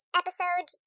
episode